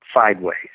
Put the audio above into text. sideways